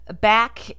back